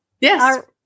Yes